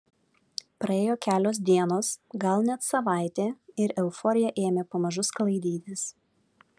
praėjo kelios dienos gal net savaitė ir euforija ėmė pamažu sklaidytis